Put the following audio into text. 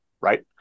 Right